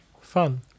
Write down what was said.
fun